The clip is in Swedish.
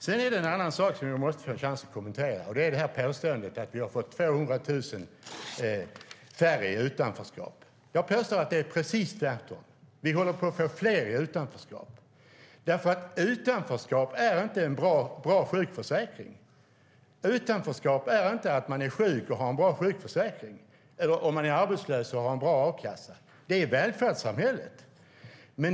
Sedan finns en annan sak jag måste få chansen att kommentera, nämligen påståendet att det finns 200 000 färre i utanförskap. Jag påstår att det är precis tvärtom. Vi håller på att få fler i utanförskap. Utanförskap är inte en bra sjukförsäkring. Utanförskap är inte att vara sjuk och ha en bra sjukförsäkring, eller att vara arbetslös och ha en bra a-kassa. Det är välfärdssamhället.